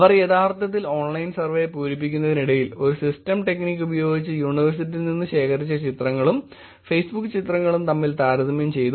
അവർ യഥാർത്ഥത്തിൽ online survey പൂരിപ്പിക്കുന്നതിനിടയിൽ ഒരു സിസ്റ്റം ടെക്നിക് ഉപയോഗിച്ച് യൂണിവേഴ്സിറ്റിയിൽ നിന്ന് ശേഖരിച്ച ചിത്രങ്ങളും ഫേസ്ബുക് ചിത്രങ്ങളും തമ്മിൽ താരതമ്യം ചെയ്തു